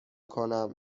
کنم